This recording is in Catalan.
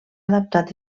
adaptat